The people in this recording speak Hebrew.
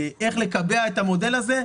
איך לקבע את המודל הזה?